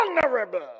vulnerable